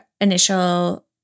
initial